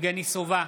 יבגני סובה,